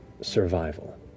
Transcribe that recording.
survival